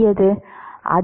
அது ஏன் பெரியது